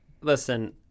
Listen